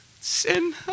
sin